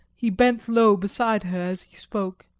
he bent low beside her as he spoke